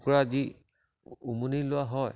কুকুৰা যি উমনি লোৱা হয়